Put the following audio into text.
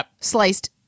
sliced